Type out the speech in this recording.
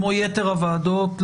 כמו יתר הוועדות,